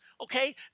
okay